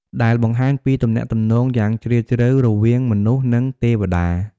ដែលបង្ហាញពីទំនាក់ទំនងយ៉ាងជ្រាលជ្រៅរវាងមនុស្ស និងទេវតា។